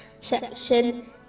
section